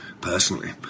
Personally